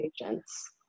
patients